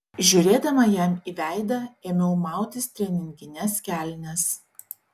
žiūrėdama jam į veidą ėmiau mautis treningines kelnes